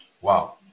Wow